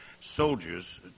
soldiers